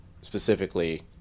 specifically